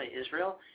Israel